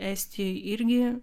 estijoj irgi